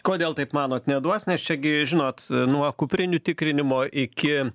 kodėl taip manot neduos nes čia gi žinot nuo kuprinių tikrinimo iki